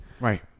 Right